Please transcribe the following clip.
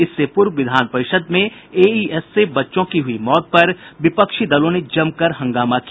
इससे पूर्व विधान परिषद् में एईएस से बच्चों की हुई मौत पर विपक्षी दलों ने जमकर हंगामा किया